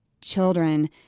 children